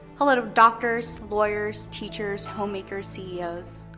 hello to doctors, lawyers, teachers, homemakers, ceos.